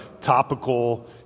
topical